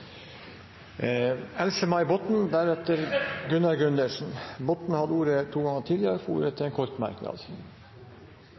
Botten har hatt ordet to ganger tidligere og får ordet til en kort merknad,